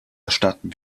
erstatten